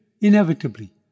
inevitably